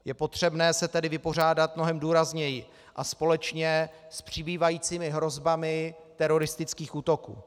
Je potřebné se tedy vypořádat mnohem důrazněji a společně s přibývajícími hrozbami teroristických útoků.